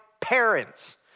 parents